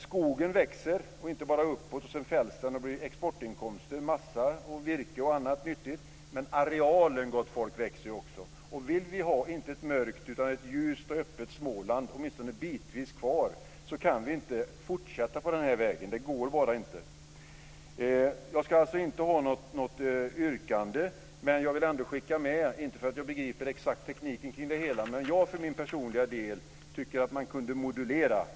Skogen växer, och inte bara uppåt. Sedan fälls den och blir exportinkomster - massa, virke och annat. Men arealen, gott folk, växer också. Vill vi behålla inte ett mörkt utan ett ljust och öppet Småland, åtminstone bitvis, kan vi inte fortsätta på denna väg. Det går bara inte. Jag ska alltså inte göra något yrkande, men jag vill ändå skicka med en sak. Inte för att jag exakt begriper tekniken kring det hela, men jag för min personliga del tycker att man kunde modulera.